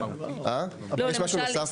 יש משהו נוסף?